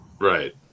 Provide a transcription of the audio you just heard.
Right